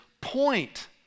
point